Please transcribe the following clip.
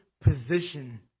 position